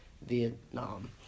Vietnam